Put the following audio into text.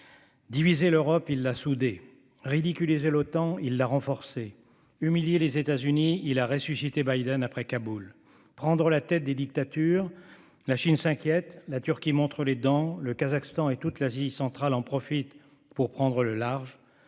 Diviser l'Europe ? Il l'a soudée. Ridiculiser l'Otan ? Il l'a renforcée. Humilier les États-Unis ? Il a ressuscité Biden après Kaboul. Prendre la tête des dictatures ? La Chine s'inquiète, la Turquie montre les dents, le Kazakhstan et toute l'Asie centrale en profitent pour prendre le large.